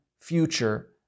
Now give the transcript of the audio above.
future